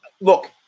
Look